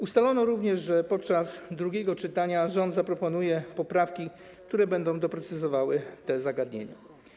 Ustalono również, że podczas drugiego czytania rząd zaproponuje poprawki, które będą doprecyzowywały te zagadnienia.